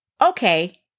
Okay